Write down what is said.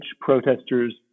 protesters